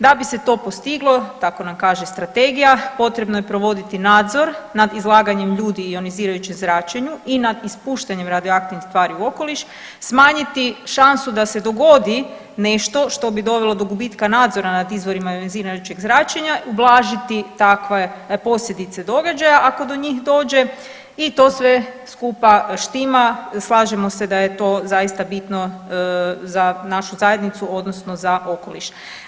Da bi se to postiglo tako nam kaže strategija potrebno je provoditi nadzor nad izlaganjem ljudi ionizirajućem zračenju i nad ispuštanjem radioaktivnih tvari u okoliš, smanjiti šansu da se dogodi nešto što bi dovelo do gubitka nadzora nad izvorima ionizirajućeg zračenja, ublažiti takve posljedice događaja ako do njih dođe i to sve skupa štima, slažemo se da je to zaista bitno za našu zajednicu odnosno za okoliš.